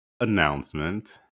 announcement